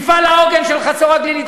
מפעל העוגן של חצור-הגלילית.